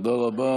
תודה רבה